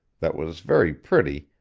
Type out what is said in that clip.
that was very pretty,